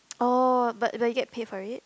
oh but but you get paid for it